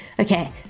okay